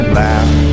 laugh